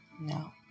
No